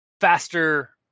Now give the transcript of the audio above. faster